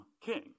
king